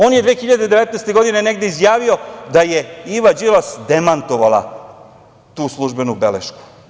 On je 2019. godine negde izjavio da je Iva Đilas demantovala tu službenu belešku.